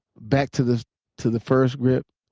back to the to the first grip.